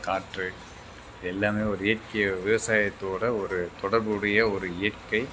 காற்று இதெல்லாமே ஒரு இயற்கை விவசாயத்தோடு ஒரு தொடர்புடைய ஒரு இயற்கை